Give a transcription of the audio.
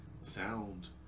sound